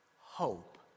hope